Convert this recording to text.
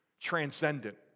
transcendent